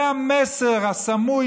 זה המסר הסמוי,